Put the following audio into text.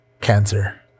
cancer